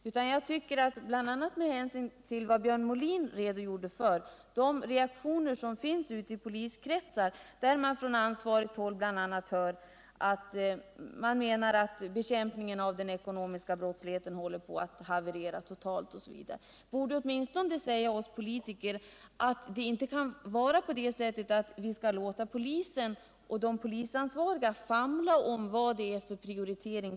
Björn Molin har här redogjort för de reaktioner som finns i poliskretsar, där man från ansvarigt håll sagt att bekämpningen av den ekonomiska brottsligheten håller på att totalt haverera. Jag tycker att detta borde säga oss politiker att vi inte skall låta polisen och de polisansvariga behöva sväva i ovisshet om vår prioritering.